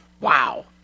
Wow